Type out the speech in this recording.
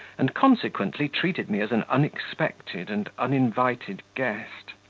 and consequently treated me as an unexpected and uninvited guest.